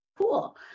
cool